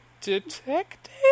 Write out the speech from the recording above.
detective